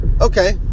Okay